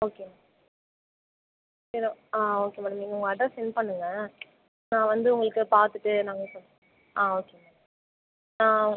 okay ஆ okay madam நீங்கள் உங்கள் அட்ரஸ் செண்ட் பண்ணுங்கள் நான் வந்து உங்களுக்கு பார்த்துட்டு நாங்கள் சொல் ஆ ஓகே மேடம்